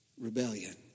rebellion